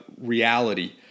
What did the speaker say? reality